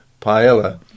paella